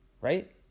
Right